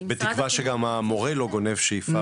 בתקווה שגם המורה לא גונב שאיפה,